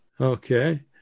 Okay